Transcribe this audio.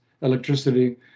electricity